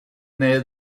near